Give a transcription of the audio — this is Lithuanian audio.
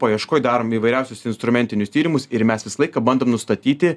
paieškoj darom įvairiausius instrumentinius tyrimus ir mes visą laiką bandom nustatyti